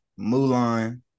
Mulan